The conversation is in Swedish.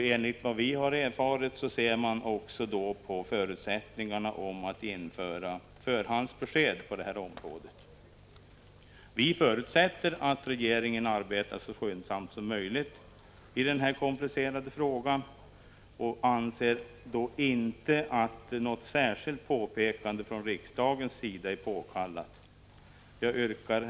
Enligt vad vi erfarit ser man också på förutsättningarna att införa förhandsbesked på detta område. Vi förutsätter att regeringen arbetar så skyndsamt som möjligt i den här komplicerade frågan och anser inte att något särskilt påpekande från riksdagens sida är påkallat. Herr talman!